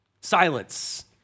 silence